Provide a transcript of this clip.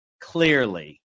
clearly